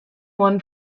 one